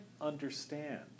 understand